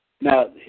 Now